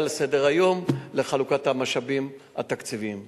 על סדר-היום בחלוקת המשאבים התקציביים.